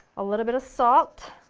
a little bit of salt,